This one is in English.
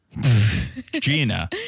Gina